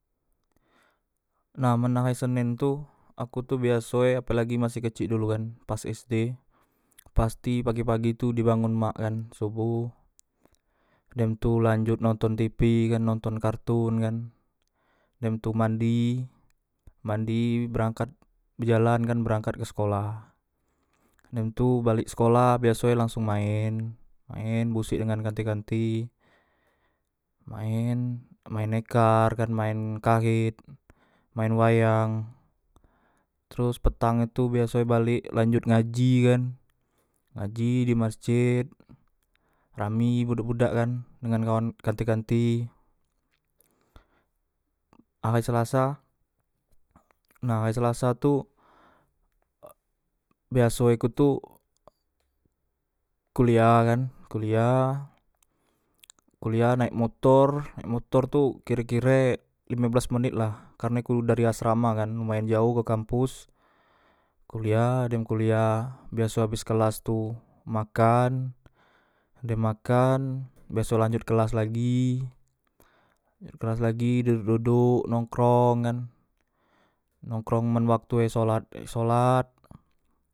Nah men ahay senen tu aku tu biasoe apelagi masih kecik dulu kan pas sd pasti pagi pagi tu dibangon mak kan soboh dem tu lanjot nonton tipi kan nonton kartun kan dem tu mandi mandi berangkat bejalan kan berangkat ke sekolah dem tu balek sekolah biasoe langsong maen maen bosek dengan kanti kanti maen maen ekar kan maen kahet maen wayang teros petang e tu biasoe balek lanjut ngaji kan ngaji di masjed rami budak budak kan dengan kawan kanti kanti ahay selasa nah ahay selasa tu biasoe ku tu kuliah kan kuliah kuliah naek motor naek motor tu kire kire lime belas menitla karne ku dari asramakan lumayan jaoh ke kampus kuliah dem kuliah biaso abes kelas tu makan dem makan biaso lanjot kelas lagi lanjot kelas lagi dodok dodok nongkrong kan men waktue sholat sholat